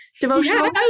devotional